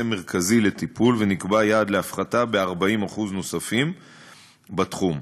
מרכזי לטיפול ונקבע יעד להפחתה ב-40% נוספים בתחום.